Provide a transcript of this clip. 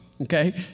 okay